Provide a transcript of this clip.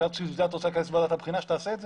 בשביל זה את רוצה לכנס את ועדת הבחינה שתעשה את זה?